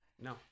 No